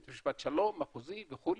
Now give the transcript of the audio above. בית משפט שלום, מחוזי וכו',